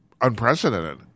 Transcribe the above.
unprecedented